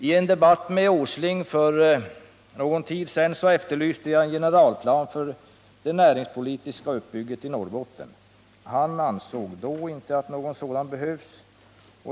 I en debatt med förutvarande industriministern Nils Åsling för någon tid sedan efterlyste jag en generalplan för en näringspolitisk uppbyggnad i Norrbotten. Han ansåg då inte att någon sådan behövdes.